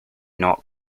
not